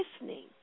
listening